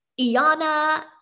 Iana